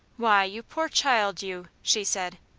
why, you poor child you! she said.